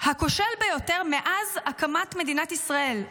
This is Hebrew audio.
הכושל ביותר מאז הקמת מדינת ישראל,